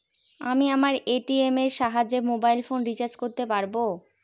আমি আমার এ.টি.এম এর সাহায্যে মোবাইল ফোন রিচার্জ করতে পারব?